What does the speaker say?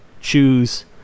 choose